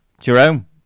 Jerome